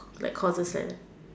like courses set